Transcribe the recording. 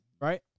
right